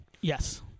Yes